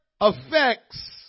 affects